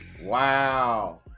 Wow